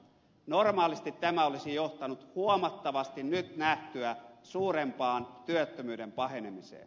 normaalisti tämä olisi johtanut huomattavasti nyt nähtyä suurempaan työttömyyden pahenemiseen